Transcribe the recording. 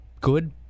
good